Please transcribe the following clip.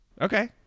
Okay